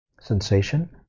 sensation